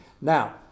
Now